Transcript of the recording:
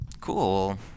cool